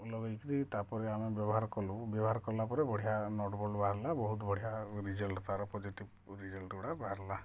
ଲଗେଇ କିରି ତାପରେ ଆମେ ବ୍ୟବହାର କଲୁ ବ୍ୟବହାର କଲାପରେ ବଢ଼ିଆ ନଟ୍ ବୋଲ୍ଟ ବାହାରିଲା ବହୁତ ବଢ଼ିଆ ରିଜଲ୍ଟ ତାର ପଜେଟିଭ ରିଜଲ୍ଟଗୁଡ଼ା ବାହାରିଲା